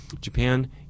Japan